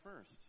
first